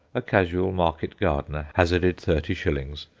a casual market-gardener hazarded thirty shillings,